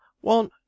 ONE